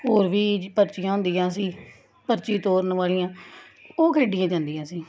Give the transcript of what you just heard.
ਹੋਰ ਵੀ ਪਰਚੀਆਂ ਹੁੰਦੀਆਂ ਸੀ ਪਰਚੀ ਤੋਰਨ ਵਾਲੀਆਂ ਉਹ ਖੇਡੀਆਂ ਜਾਂਦੀਆਂ ਸੀ